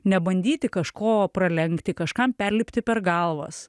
nebandyti kažko pralenkti kažkam perlipti per galvas